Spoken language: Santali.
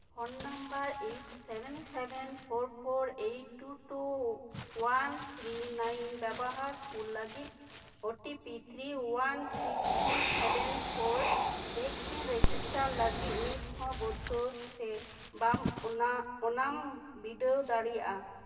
ᱯᱷᱚᱱ ᱱᱟᱢᱵᱟᱨ ᱤᱨᱟᱹᱞ ᱮᱭᱟᱭ ᱮᱭᱟᱭ ᱯᱳᱱ ᱯᱳᱱ ᱤᱨᱟᱹᱞ ᱵᱟᱨ ᱵᱟᱨ ᱢᱤᱫ ᱯᱮ ᱟᱨᱮ ᱵᱮᱵᱚᱦᱟᱨ ᱠᱚ ᱞᱟᱹᱜᱤᱫ ᱳ ᱴᱤ ᱯᱤ ᱯᱮ ᱢᱤᱫ ᱛᱩᱨᱩᱭ ᱵᱟᱨ ᱮᱭᱟᱭ ᱯᱳᱱ ᱵᱷᱮᱠᱥᱤᱱ ᱨᱮᱡᱤᱥᱴᱟᱨ ᱞᱟᱹᱜᱤᱫ ᱱᱤᱛ ᱦᱚᱸ ᱵᱚᱭᱫᱷᱚ ᱥᱮ ᱵᱟᱝ ᱚᱱᱟᱢ ᱵᱤᱰᱟᱹᱣ ᱫᱟᱲᱮᱭᱟᱜ ᱟ